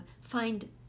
find